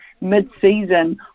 mid-season